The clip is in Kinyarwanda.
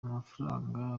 amafaranga